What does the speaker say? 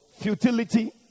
Futility